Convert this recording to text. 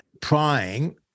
prying